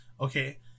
Okay